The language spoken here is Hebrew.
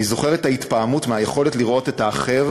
אני זוכר את ההתפעמות מהיכולת לראות את האחר